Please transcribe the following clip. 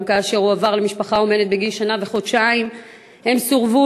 גם כאשר הוא הועבר למשפחה אומנת בגיל שנה וחודשיים הם סורבו,